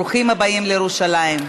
ברוכים הבאים לירושלים.